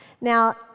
Now